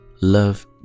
Love